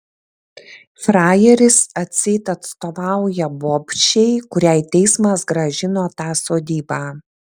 frajeris atseit atstovauja bobšei kuriai teismas grąžino tą sodybą